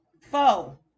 foe